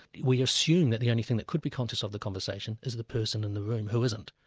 we'll assume that the only thing that could be conscious of the conversation is the person in the room, who isn't.